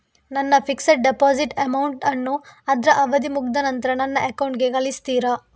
ನನ್ನ fixed deposit amount ಅನ್ನು ಅದ್ರ ಅವಧಿ ಮುಗ್ದ ನಂತ್ರ ನನ್ನ ಅಕೌಂಟ್ ಗೆ ಕಳಿಸ್ತೀರಾ?